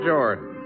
Jordan